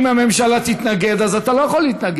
נכון, נכון.